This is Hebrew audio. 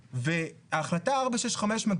OPC 1 בתנאי הרישיון שלהם,